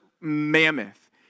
mammoth